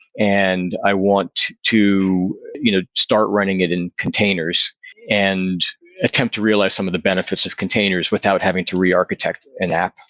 and i want to you know start running it in containers and attempt to realize some of the benefits of containers without having to re architect an app,